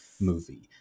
movie